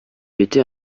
étais